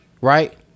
right